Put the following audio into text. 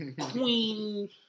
Queen